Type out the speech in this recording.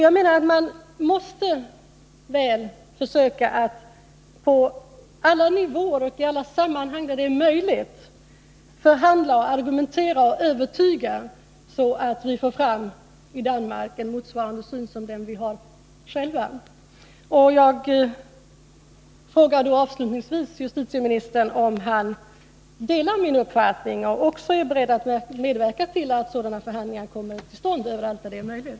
Jag menar att vi måste försöka att på alla nivåer och i alla sammanhang där det är möjligt förhandla och argumentera och övertyga, så att man i att förhindra införsel av hasch över Helsingborg Danmark får en syn som mer motsvarar den vi själva har. Jag frågar då avslutningsvis justitieministern om han delar min uppfattning och också är beredd att medverka till att sådana förhandlingar kommer till stånd överallt där det är möjligt.